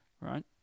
right